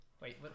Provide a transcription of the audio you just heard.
wait